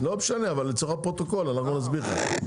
לא משנה, אבל לצורך הפרוטוקול הוא יסביר לך.